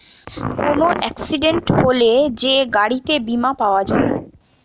কোন এক্সিডেন্ট হলে যে গাড়িতে বীমা পাওয়া যায়